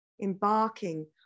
embarking